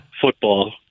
football